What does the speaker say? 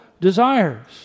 desires